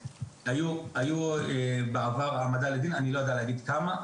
היו בעבר העמדה לדין אבל אני לא יודע להגיד כמה.